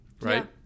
right